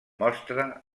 mostra